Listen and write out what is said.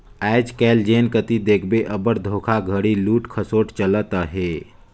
आएज काएल जेन कती देखबे अब्बड़ धोखाघड़ी, लूट खसोट चलत अहे